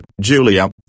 Julia